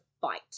fight